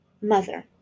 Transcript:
mother